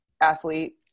athlete